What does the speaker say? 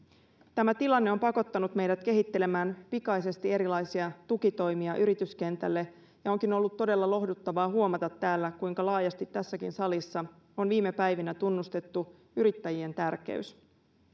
tämä tilanne on pakottanut meidät kehittelemään pikaisesti erilaisia tukitoimia yrityskentälle ja onkin ollut todella lohduttavaa huomata täällä kuinka laajasti tässäkin salissa on viime päivinä tunnustettu yrittäjien tärkeys